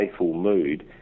mood